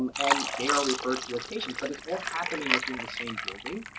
um and they are referred to as patients. but it's all happening within the same building.